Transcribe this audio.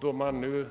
Då man nu